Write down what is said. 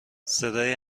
صدای